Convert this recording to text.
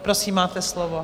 Prosím, máte slovo.